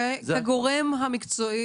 הגורם המקצועי המוסמך.